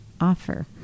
offer